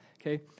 okay